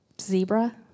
Zebra